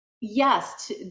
yes